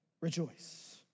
rejoice